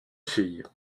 fille